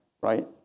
right